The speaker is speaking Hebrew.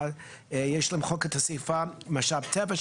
יש למחוק את הסיפא "משאב טבע",